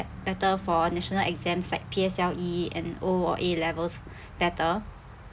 better for national exams for P_S_L_E and o or a levels better